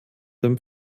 dem